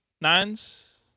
nines